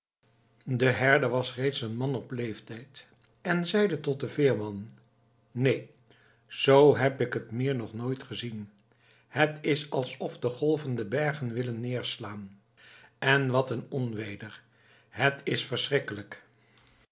de herder was reeds een man op leeftijd en zeide tot den veerman neen z heb ik het meer nog nooit gezien het is alsof de golven de bergen willen neerslaan en wat een onweder het is verschrikkelijk